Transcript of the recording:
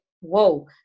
whoa